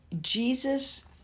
Jesus